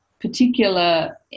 particular